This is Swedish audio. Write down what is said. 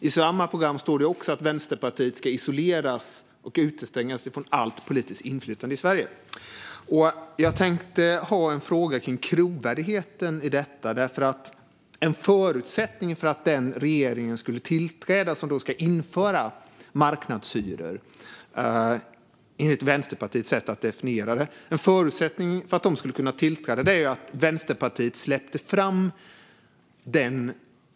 I samma program står det också att Vänsterpartiet ska isoleras och utestängas från allt politiskt inflytande i Sverige. Jag tänkte fråga om trovärdigheten i detta. En förutsättning för att den regering som ska införa marknadshyror - enligt Vänsterpartiets definition - skulle kunna tillträda var att Vänsterpartiet släppte fram den.